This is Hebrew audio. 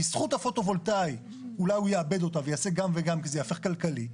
בזכות הפוטו-וולטאי אולי הוא יעבד אותה ויעשה גם וגם כי זה ייהפך כלכלי.